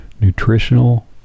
nutritional